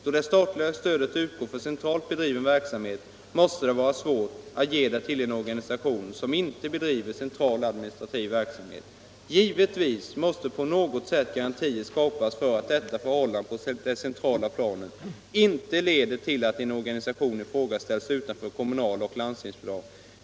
Då det statliga stödet utgår för centralt bedriven verksamhet måste det vara svårt att ge det till en organisation som icke bedriver en central administrativ verksamhet. Givetvis måste på något sätt garantier skapas för att detta förhållande på centrala planet inte leder till att organisationen i fråga ställs utanför kommunala och landstingsbidrag.